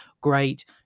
great